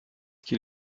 qu’il